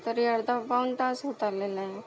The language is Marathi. तरी अर्धा पाऊणतास होत आलेला आहे